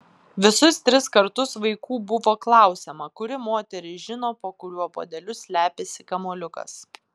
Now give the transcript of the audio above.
visus tris kartus vaikų buvo klausiama kuri moteris žino po kuriuo puodeliu slepiasi kamuoliukas